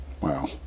Wow